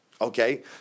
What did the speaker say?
okay